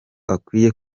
akwiye